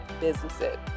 businesses